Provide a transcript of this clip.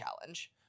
challenge